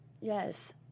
Yes